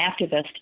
activist